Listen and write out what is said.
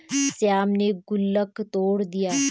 श्याम ने गुल्लक तोड़ दिया